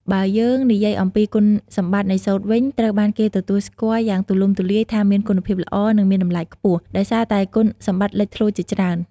បើយើងនិយាយអំពី គុណសម្បត្តិនៃសូត្រវិញត្រូវបានគេទទួលស្គាល់យ៉ាងទូលំទូលាយថាមានគុណភាពល្អ និងមានតម្លៃខ្ពស់ ដោយសារតែគុណសម្បត្តិលេចធ្លោជាច្រើន។